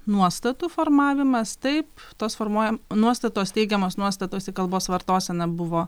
nuostatų formavimas taip tos formuoja nuostatos teigiamos nuostatos ir kalbos vartosena buvo